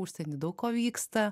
užsieny daug ko vyksta